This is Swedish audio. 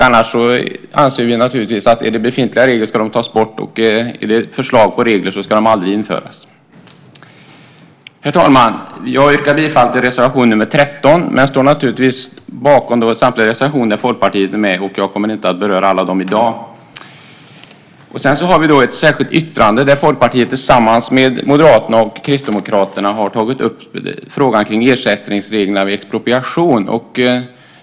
Annars anser vi att befintliga regler ska tas bort och att förslag på regler inte ska införas. Herr talman! Jag yrkar bifall till reservation nr 13, men jag står naturligtvis bakom samtliga reservationer där Folkpartiet är med. Jag kommer inte att beröra dem alla i dag. Vi har ett särskilt yttrande där Folkpartiet tillsammans med Moderaterna och Kristdemokraterna har tagit upp frågan om ersättningsreglerna vid expropriation.